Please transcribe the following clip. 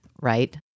right